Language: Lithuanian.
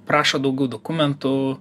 prašo daugiau dokumentų